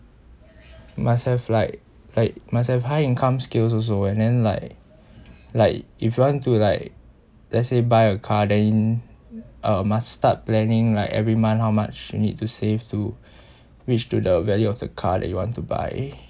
must have like like must have high income skills also and then like like if you want to like let's say buy a car then uh must start planning like every month how much you need to save to which to the value of the car that you want to buy